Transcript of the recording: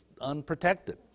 unprotected